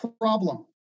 Problem